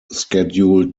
scheduled